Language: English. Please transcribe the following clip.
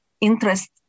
interest